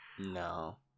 no